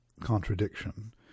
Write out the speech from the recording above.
contradiction